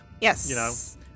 Yes